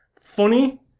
funny